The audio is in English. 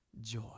joy